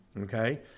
Okay